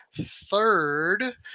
third